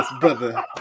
Brother